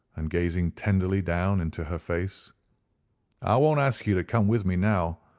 and gazing tenderly down into her face i won't ask you to come with me now,